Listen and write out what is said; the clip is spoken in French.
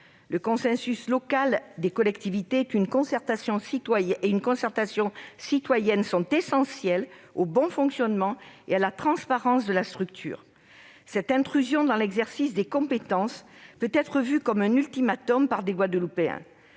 Le consensus local des collectivités et une concertation citoyenne sont essentiels au bon fonctionnement et à la transparence de la structure. Cette intrusion dans l'exercice des compétences peut être vue comme un ultimatum par les Guadeloupéens.